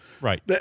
Right